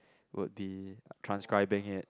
would be transcribing it